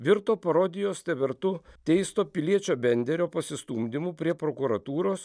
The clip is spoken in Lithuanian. virto parodijos tevertu teisto piliečio benderio pasistumdymu prie prokuratūros